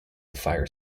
fire